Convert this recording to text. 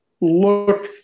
look